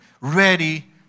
ready